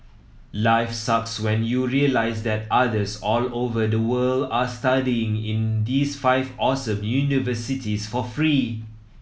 life sucks when you realise that others all over the world are studying in these five awesome universities for free